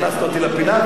הכנסת אותי לפינה,